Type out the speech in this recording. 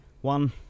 one